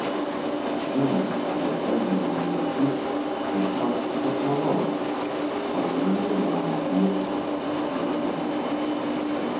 žinią apie edžio mirtį tiesiog susapnavau pažvelgia man tiesiai į akis